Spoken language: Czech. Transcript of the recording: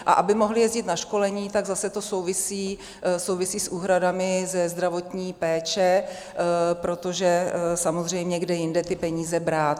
A aby mohly jezdit na školení, tak zase to souvisí s úhradami ze zdravotní péče, protože samozřejmě kde jinde ty peníze brát?